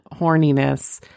horniness